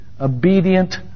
Obedient